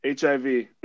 HIV